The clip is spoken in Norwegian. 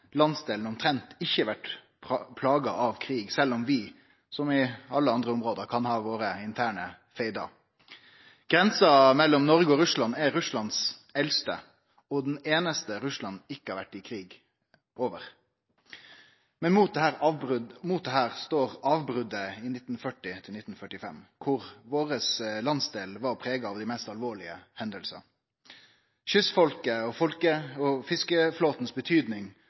landsdelen omtrent ikkje vore plaga av krig, sjølv om vi, som i alle andre område, kan ha våre interne feidar. Grensa mellom Noreg og Russland er Russlands eldste og den einaste grensa Russland ikkje har vore i krig om. Men mot dette står avbrotet frå 1940 til 1945, då vår landsdel var prega av dei mest alvorlege hendingar. Interpellanten beskriv treffande betydinga kystfolket og fiskeflåten hadde for Russland-konvoien, der kvinner og